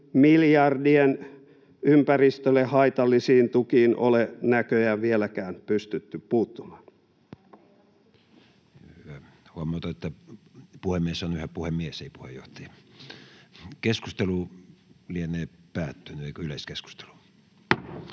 miljardien ympäristölle haitallisiin tukiin ole näköjään vieläkään pystytty puuttumaan. Huomautan, että puhemies on yhä puhemies, ei puheenjohtaja. Ensimmäiseen käsittelyyn esitellään